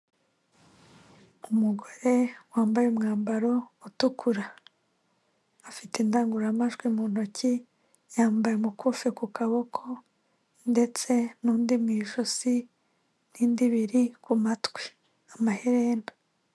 Umugore wambaye umwambaro utukura afite indangururamajwi mu ntoki yambaye umukufi ku kaboko ndetse n'undi mu ijosi n'indi ibiri ku matwi, amaherena.